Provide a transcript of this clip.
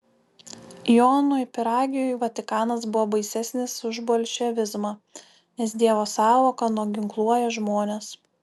jonui pyragiui vatikanas buvo baisesnis už bolševizmą nes dievo sąvoka nuginkluoja žmones